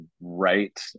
right